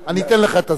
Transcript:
אני אתן לך את הזמן.